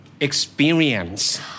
experience